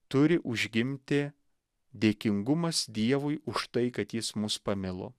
turi užgimti dėkingumas dievui už tai kad jis mus pamilo